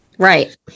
Right